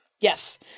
Yes